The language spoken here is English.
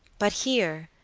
but here,